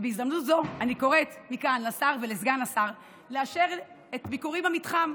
בהזדמנות זו אני קוראת מכאן לשר ולסגן השר לאשר את ביקורי במתחם,